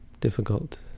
Difficult